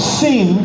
sin